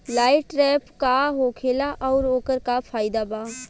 Light trap का होखेला आउर ओकर का फाइदा बा?